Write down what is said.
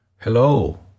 Hello